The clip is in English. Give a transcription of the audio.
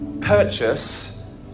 purchase